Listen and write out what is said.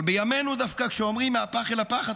אבל בימינו כשאומרים מהפח אל הפחת,